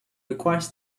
requires